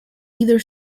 either